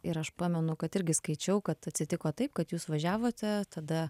ir aš pamenu kad irgi skaičiau kad atsitiko taip kad jūs važiavote tada